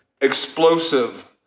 explosive